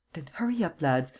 then hurry up, lads.